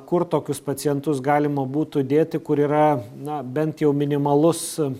kur tokius pacientus galima būtų dėti kur yra na bent jau minimalus